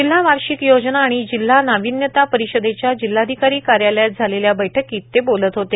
जिल्हा वार्षिक योजना आणि जिल्हा नाविन्यता परिषदेच्या जिल्हाधिकारी कार्यालयात झालेल्या बैठकीत ते बोलत होते